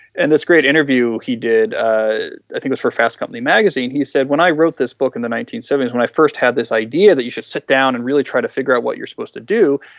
and this great interview he did i i think it was for fast company magazine. he said when i wrote this book in the nineteen seventy s, when i first had this idea that you should sit down and really try to figure out that you are supposed to do,